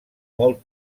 molt